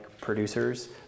producers